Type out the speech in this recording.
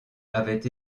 avaient